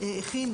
הכין.